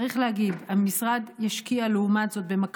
צריך להגיד שלעומת זאת המשרד ישקיע במקביל,